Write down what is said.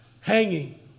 hanging